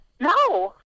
No